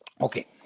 Okay